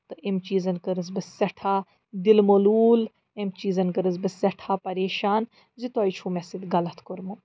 تہٕ أمۍ چیٖزن کٔرٕس بہٕ سٮ۪ٹھاہ دِل ملوٗل أمۍ چیٖزن کٔرٕس بہٕ سٮ۪ٹھاہ پریشان زِ تۄہہِ چھُو مےٚ سۭتۍ غلط کوٚرمُت